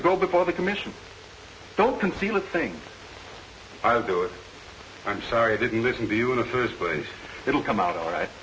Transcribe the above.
to go before the commission i don't conceal a thing i'll do it i'm sorry i didn't listen to you in the first place it'll come out all right